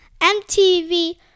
MTV